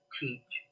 teach